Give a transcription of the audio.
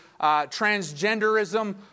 transgenderism